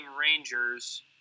Rangers